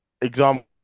Example